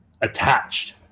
attached